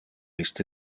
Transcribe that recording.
iste